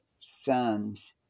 sons